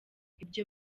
ibyo